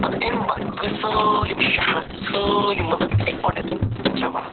پتہٕ أمۍ بہ کٔر سٲلِم شہر سٲلِم مُلُک یِکوَٹہٕ جمع